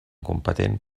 competent